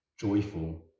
joyful